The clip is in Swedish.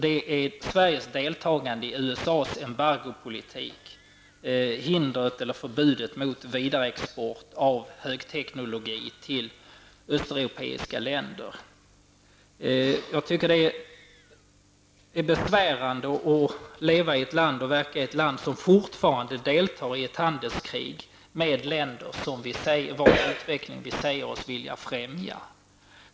Det gäller Sveriges deltagande i USAs embargopolitik, dvs. hindret eller förbudet mot vidareexport av högteknologi till östeuropeiska länder. Jag tycker det är besvärande att leva och verka i ett land som fortfarande deltar i ett handelskrig mot länder som vi säger oss vilja främja.